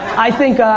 i think